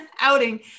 outing